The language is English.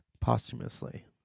posthumously